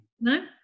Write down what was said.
No